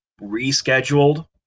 rescheduled